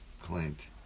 Clint